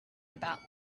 about